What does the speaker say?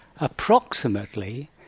Approximately